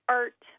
art